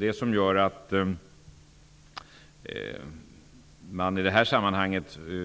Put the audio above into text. Detta gör att man i dessa sammanhang